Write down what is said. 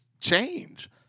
change